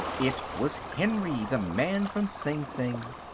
it was henry, the man from sing sing.